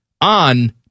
on